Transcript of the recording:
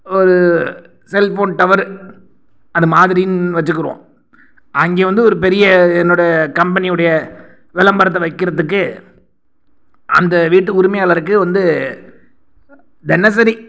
ஒரு cellphone tower அது மாதிரின்னு வச்சுக்கிருவோம் அங்கே வந்து ஒரு பெரிய என்னோட கம்பெனியுடைய விளம்பரத்த வைக்கிறதுக்கு அந்த வீட்டு உரிமையாளருக்கு வந்து தினசரி